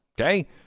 Okay